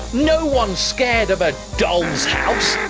no one's scared of a doll's house.